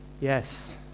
Yes